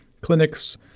clinics